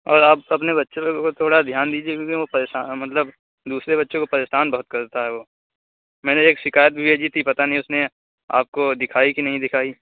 اور آپ اپنے بچوں کو تھوڑا دھیان دیجیے کیونکہ وہ پریشان مطلب دوسرے بچوں کو پریشان بہت کرتا ہے وہ میں نے ایک شکایت بھی بھیجی تھی پتہ نہیں اس نے آپ کو دکھائی کہ نہیں دکھائی